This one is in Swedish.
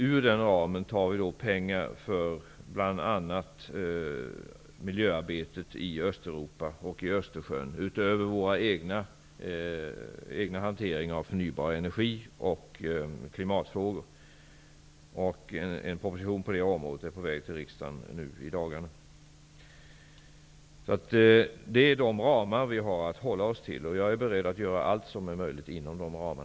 Ur den ramen tar vi pengar till miljöarbetet i Östeuropa och i Östersjön. Därutöver tar vi pengar till vår egen hantering av förnybar energi och klimatfrågor. En proposition som gäller detta är på väg till riksdagen nu i dagarna. Det är dessa ramar vi har att hålla oss till. Jag är beredd att göra allt som är möjligt inom dessa ramar.